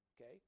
Okay